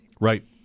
Right